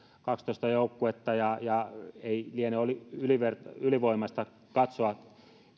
kaksitoista joukkuetta eikä liene ylivoimaista katsoa